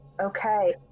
okay